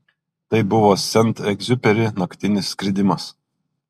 tai buvo sent egziuperi naktinis skridimas